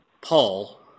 Paul